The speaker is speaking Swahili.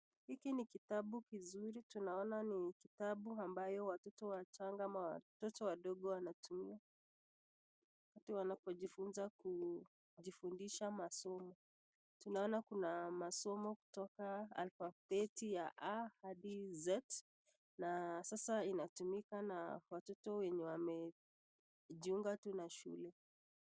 Hiki ni kitabu kizuri tunaona ni kitabu ambayo watoto wachanga ama watoto wadogo wanatumia. Wakati wanapojifunza kujifundisha masomo , naona kuna masomo kutoka alfabeti ya A Hadi Z na sasa inatumika na watoto wenye wamejiunga tu na shuleni.